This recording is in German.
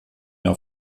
mehr